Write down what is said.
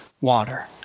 water